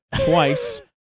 twice